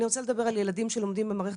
אני רוצה לדבר על הילדים שלומדים במערכת